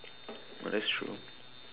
ah that's true